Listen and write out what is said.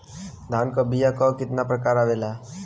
धान क बीया क कितना प्रकार आवेला?